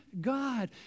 God